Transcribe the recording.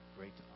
Great